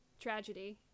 tragedy